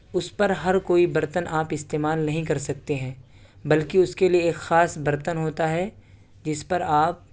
اس پر ہر کوئی برتن آپ استعمال نہیں کر سکتے ہیں بلکہ اس کے لیے ایک خاص برتن ہوتا ہے جس پر آپ